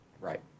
Right